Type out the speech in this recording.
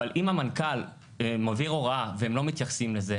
אבל אם המנכ"ל מעביר הוראה והם לא מתייחסים לזה,